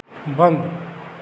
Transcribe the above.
बंद